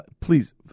Please